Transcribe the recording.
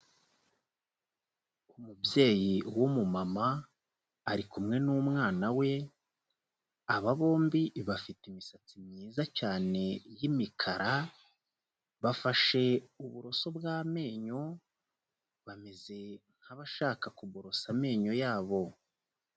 Umubyeyi w'umumama, ari kumwe n'umwana we, aba bombi bafite imisatsi myiza cyane y'imikara, bafashe uburoso bw'amenyo, bameze nk'abashaka kuborosa amenyo yabo.